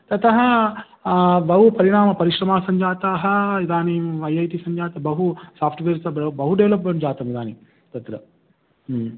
ततः बहु परिणामं परिश्रमाः सञ्जाताः इदानीम् ऐ ऐ टि सञ्जातः बहु साफ़्ट्वेर् सः बहु डेवलप्मेण्ट् जातम् इदानीं तत्र